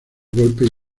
golpe